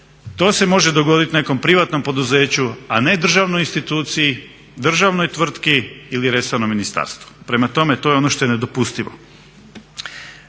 to se može dogodit nekom privatnom poduzeću a ne državnoj instituciji, državnoj tvrtki ili resornom ministarstvu. Prema tome, to je ono što je nedopustivo.